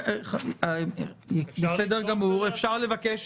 אפשר לבדוק